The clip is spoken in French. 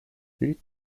luke